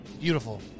Beautiful